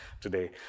today